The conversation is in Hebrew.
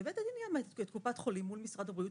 שבית הדין יעמת את קופת חולים מול משרד הבריאות,